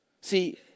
See